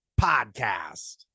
podcast